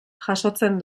jasotzen